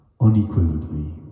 unequivocally